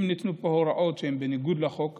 אם ניתנו פה הוראות שהן בניגוד לחוק,